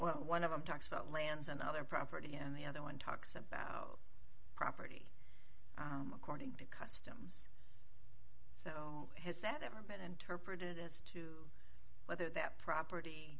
well one of them talks about lands and other property and the other one talks about property according to cut so has that ever been interpreted as to whether that property